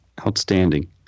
Outstanding